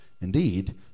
Indeed